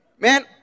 Man